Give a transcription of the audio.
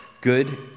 good